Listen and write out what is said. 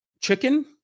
chicken